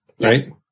Right